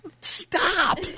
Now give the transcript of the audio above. Stop